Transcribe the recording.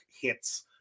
hits